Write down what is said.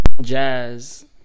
Jazz